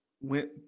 went